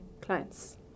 clients